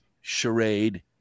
charade